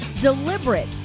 deliberate